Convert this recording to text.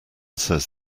says